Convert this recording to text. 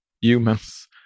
humans